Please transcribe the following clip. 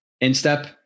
instep